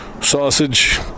sausage